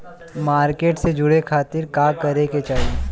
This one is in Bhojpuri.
मार्केट से जुड़े खाती का करे के चाही?